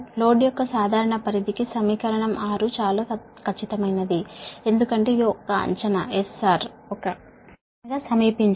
load యొక్క సాధారణ పరిధికి సమీకరణం 6 చాలా ఖచ్చితమైనది ఎందుకంటే ఇది సుమారు S Rగా ఉంటుంది